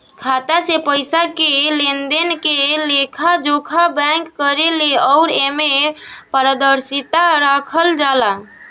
खाता से पइसा के लेनदेन के लेखा जोखा बैंक करेले अउर एमे पारदर्शिता राखल जाला